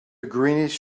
greenish